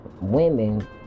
women